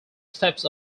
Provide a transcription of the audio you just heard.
steps